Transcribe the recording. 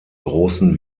großen